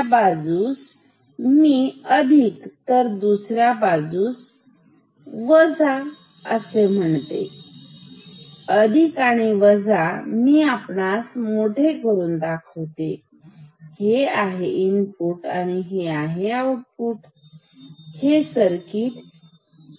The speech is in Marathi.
ह्या बाजूस मी अधिक तर दुसऱ्या बाजूस म्हणजे वजा म्हणूया अधिक आणि वजा मी आपणास मोठे करून दाखवते हे आहे इनपुट आणि हे आहे आउटपुट आणि हे सर्किट